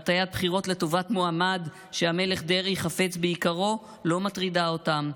הטיית בחירות לטובת מועמד שהמלך דרעי חפץ ביקרו לא מטרידה אותם,